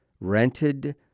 rented